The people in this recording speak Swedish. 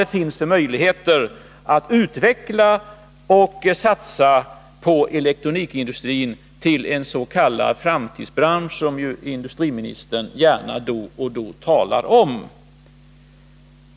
Vad finns det för möjligheter att utveckla elektronikindustrin och satsa på den som en s.k. framtidsbransch som ju industriministern gärna då och då talar om?